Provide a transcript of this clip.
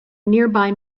nearby